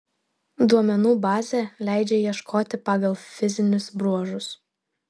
duomenų bazė leidžia ieškoti pagal fizinius bruožus